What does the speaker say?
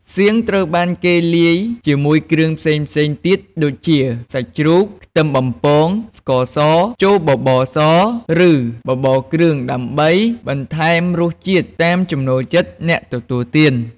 សៀងត្រូវបានគេលាយជាមួយគ្រឿងផ្សេងៗទៀតដូចជា សាច់ជ្រូក ខ្ទឹមបំពង ស្ករស ចូលបបរស ឬ បបរគ្រឿងដើម្បីបន្ថែមរសជាតិ តាមចំណូលចិត្តអ្នកទទួលទាន។